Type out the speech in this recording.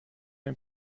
dem